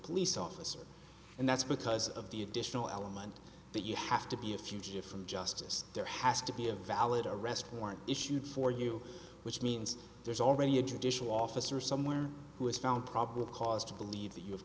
police officer and that's because of the additional element that you have to be a fugitive from justice there has to be a valid arrest warrant issued for you which means there's already a judicial officer somewhere who has found probable cause to believe that you